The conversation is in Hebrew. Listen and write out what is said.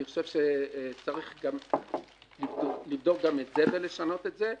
אני חושב שצריך לבדוק גם את זה ולשנות את זה.